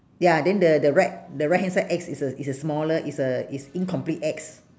ya then the the right the right hand side X is a is a smaller is a is incomplete X